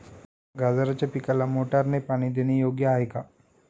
गाजराच्या पिकाला मोटारने पाणी देणे योग्य आहे का?